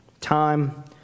Time